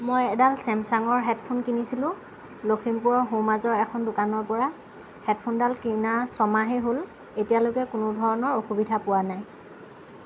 মই এডাল চেমচাঙৰ হেডফোন কিনিছিলোঁ লখিমপুৰৰ সোঁ মাজৰ এখন দোকানৰ পৰা হেডফোনডাল কিনা ছমাহেই হ'ল এতিয়ালৈকে কোনো ধৰণৰ অসুবিধা পোৱা নাই